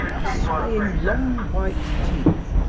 displaying long white teeth,